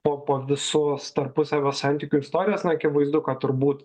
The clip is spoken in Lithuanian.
po po visos tarpusavio santykių istorijos na akivaizdu kad turbūt